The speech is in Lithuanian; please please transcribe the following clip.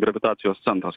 gravitacijos centras